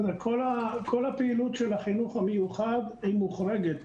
כל הפעילות של החינוך המיוחד מוחרגת.